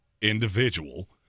individual